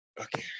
Okay